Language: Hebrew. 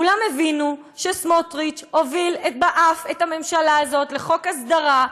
כולם הבינו שסמוטריץ הוביל באף את הממשלה הזאת לחוק הסדרה,